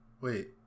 Wait